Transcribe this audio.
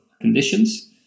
conditions